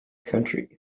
country